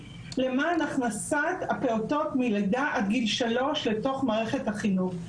למען הכנסת הפעוטות מלידה עד גיל שלוש לתוך מערכת החינוך.